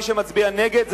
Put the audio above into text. מי שמצביע נגד,